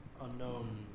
unknown